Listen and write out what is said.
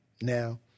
now